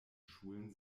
schulen